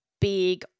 big